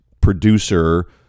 producer